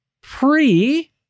pre